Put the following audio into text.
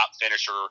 finisher